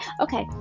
Okay